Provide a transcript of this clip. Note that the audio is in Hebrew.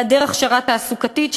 היעדר הכשרה תעסוקתית,